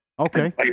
Okay